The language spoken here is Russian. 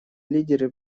лидеры